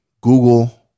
google